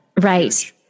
Right